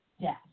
death